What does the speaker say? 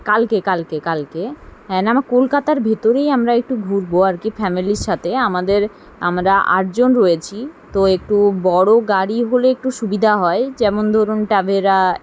কালকে কালকে কালকে হ্যাঁ না আমার কলকাতার ভিতরেই আমরা একটু ঘুরব আর কী ফ্যামিলির সাথে আমাদের আমরা আটজন রয়েছি তো একটু বড় গাড়ি হলে একটু সুবিধা হয় যেমন ধরুন ট্রাভেরা